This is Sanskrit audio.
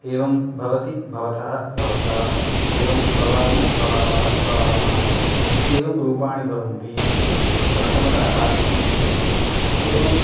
एवं भवसि भवथः भवथ एवं भवामि भवावः भवामः इत्येवं रूपाणि भवन्ति इति प्रथमतः पाठयितुं शक्यते एवम्